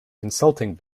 consulting